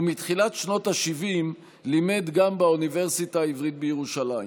ומתחילת שנות השבעים לימד גם באוניברסיטה העברית בירושלים.